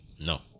No